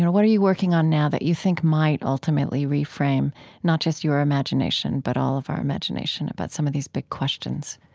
what are you working on now that you think might ultimately reframe not just your imagination but all of our imagination about some of these big questions?